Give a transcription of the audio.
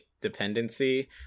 dependency